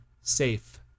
safe